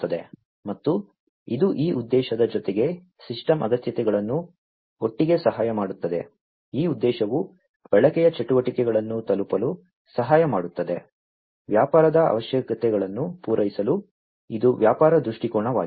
ಮತ್ತು ಇದು ಈ ಉದ್ದೇಶದ ಜೊತೆಗೆ ಸಿಸ್ಟಮ್ ಅಗತ್ಯತೆಗಳನ್ನು ಒಟ್ಟಿಗೆ ಸಹಾಯ ಮಾಡುತ್ತದೆ ಈ ಉದ್ದೇಶವು ಬಳಕೆಯ ಚಟುವಟಿಕೆಗಳನ್ನು ತಲುಪಲು ಸಹಾಯ ಮಾಡುತ್ತದೆ ವ್ಯಾಪಾರದ ಅವಶ್ಯಕತೆಗಳನ್ನು ಪೂರೈಸಲು ಇದು ವ್ಯಾಪಾರ ದೃಷ್ಟಿಕೋನವಾಗಿದೆ